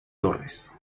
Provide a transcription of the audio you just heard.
torres